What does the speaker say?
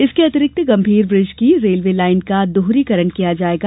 इसके अतिरिक्त गंभीर ब्रिज की रेलवे लाइन का दोहरीकरण किया जाएगा